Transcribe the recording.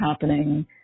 happening